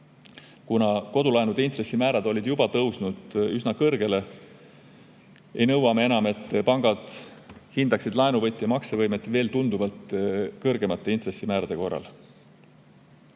Kuna kodulaenude intressimäärad olid juba tõusnud üsna kõrgele, [otsustasime], et pangad [ei pea] laenuvõtja maksevõimet tunduvalt kõrgemate intressimäärade korral